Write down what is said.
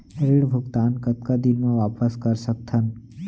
ऋण भुगतान कतका दिन म वापस कर सकथन?